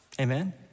amen